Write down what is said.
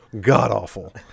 god-awful